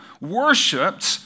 worshipped